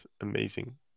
amazing